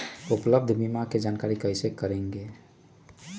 उपलब्ध बीमा के जानकारी कैसे करेगे?